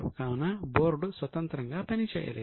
కావున బోర్డు స్వతంత్రంగా పని చేయలేదు